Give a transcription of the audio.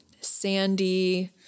sandy